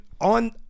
On